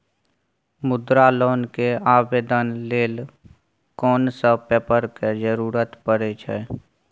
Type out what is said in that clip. मुद्रा लोन के आवेदन लेल कोन सब पेपर के जरूरत परै छै?